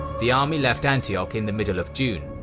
the army left antioch in the middle of june.